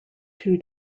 two